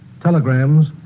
telegrams